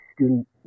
student